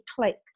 clicked